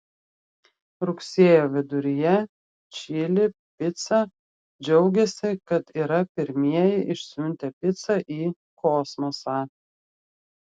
rugsėjo viduryje čili pica džiaugėsi kad yra pirmieji išsiuntę picą į kosmosą